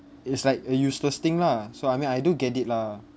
it's like a useless thing lah so I mean I don't get it lah